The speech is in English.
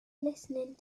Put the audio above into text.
listening